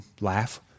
laugh